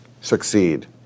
Succeed